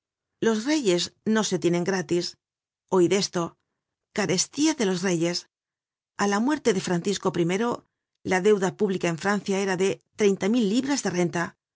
los reyes no se tienen gratis oid esto carestía de los reyes a la muerte de francisco i la deuda pública en francia era de treinta mil libras de renta